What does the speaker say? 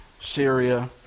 syria